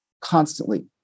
constantly